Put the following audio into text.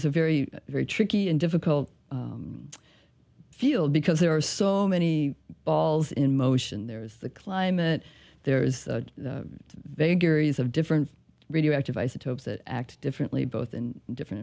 s a very very tricky and difficult field because there are so many balls in motion there is the climate there is the vagaries of different radioactive isotopes that act differently both in different